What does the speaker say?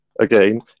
again